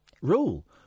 rule